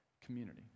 community